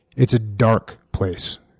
it's a dark place.